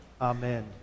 Amen